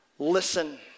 Listen